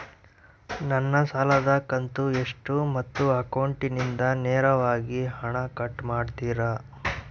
ನನ್ನ ಸಾಲದ ಕಂತು ಎಷ್ಟು ಮತ್ತು ಅಕೌಂಟಿಂದ ನೇರವಾಗಿ ಹಣ ಕಟ್ ಮಾಡ್ತಿರಾ?